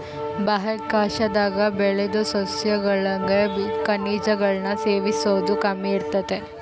ಬಾಹ್ಯಾಕಾಶದಾಗ ಬೆಳುದ್ ಸಸ್ಯಗುಳಾಗ ಖನಿಜಗುಳ್ನ ಸೇವಿಸೋದು ಕಮ್ಮಿ ಇರ್ತತೆ